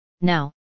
Now